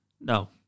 no